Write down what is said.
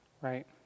Right